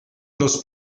los